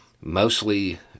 mostly